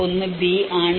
ഒന്ന് B ആണ്